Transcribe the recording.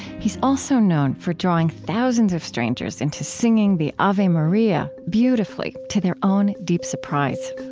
he's also known for drawing thousands of strangers into singing the ave maria, beautifully, to their own deep surprise